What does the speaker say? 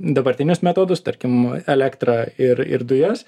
dabartinius metodus tarkim elektrą ir ir dujas